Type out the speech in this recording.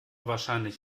wahrscheinlich